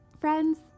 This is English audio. friends